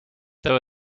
there